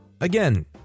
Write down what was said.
Again